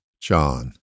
John